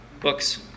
books